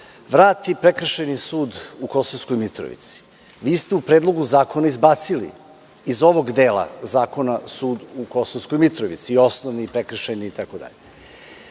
vrati prekršajni sud u Kosovskoj Mitrovici. Vi ste u Predlogu zakona izbacili iz ovog dela zakona sud u Kosovskoj Mitrovici i osnovni, i prekršajni itd. Šta